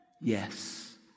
Yes